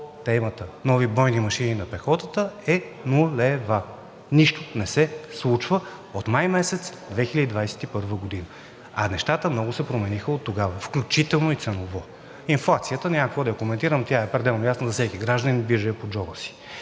темата „нови бойни машини на пехотата“ е ну-ле-ва. Нищо не се случва от май месец 2021 г. А нещата много се промениха оттогава, включително и ценово. Инфлацията няма какво да я коментирам, тя е пределно ясна за всеки гражданин, вижда я по джоба си,